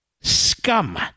scum